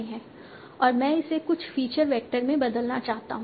और मैं इसे कुछ फीचर वेक्टर में बदलना चाहता हूं